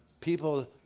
People